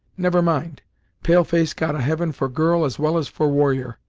never mind pale-face got a heaven for girl as well as for warrior.